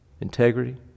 integrity